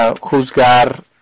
juzgar